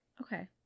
Okay